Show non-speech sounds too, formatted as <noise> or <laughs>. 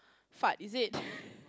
fart is it <laughs>